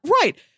right